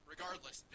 Regardless